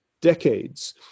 decades